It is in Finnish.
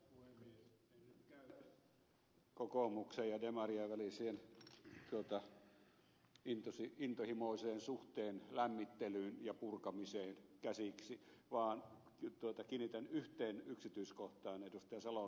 en nyt käy kokoomuksen ja demarien väliseen intohimoiseen suhteen lämmittelyyn ja purkamiseen käsiksi vaan kiinnitän yhteen yksityiskohtaan ed